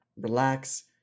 relax